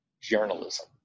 journalism